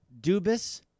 Dubis